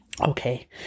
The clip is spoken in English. Okay